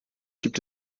gibt